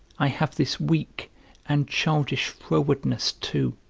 i have this weak and childish frowardness too,